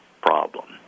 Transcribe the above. problem